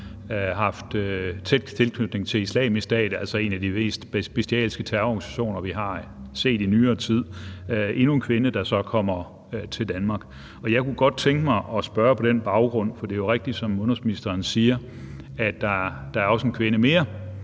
haft tæt tilknytning til Islamisk Stat – en af de mest bestialske terrororganisationer, vi har set i nyere tid – der så kommer til Danmark. Jeg kunne godt tænke mig på den baggrund at spørge, for det er jo rigtigt, som udenrigsministeren siger, at der også er en kvinde mere